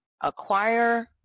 acquire